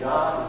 God